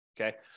Okay